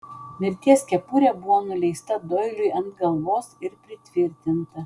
mirties kepurė buvo nuleista doiliui ant galvos ir pritvirtinta